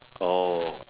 oh